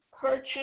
purchase